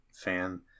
fan